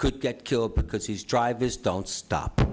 could get killed because he's drive his don't stop